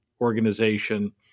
organization